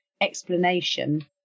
explanation